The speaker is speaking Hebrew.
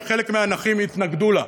שחלק מהנכים התנגדו לה.